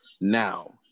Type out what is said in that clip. Now